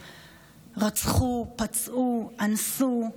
רצחו, פצעו, אנסו.